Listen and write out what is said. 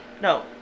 no